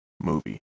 movie